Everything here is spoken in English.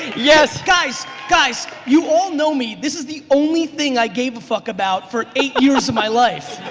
yes. guys, guys you all know me. this is the only thing i gave a fuck about for eight years of my life.